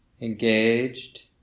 engaged